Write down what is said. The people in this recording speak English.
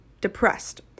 depressed